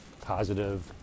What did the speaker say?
positive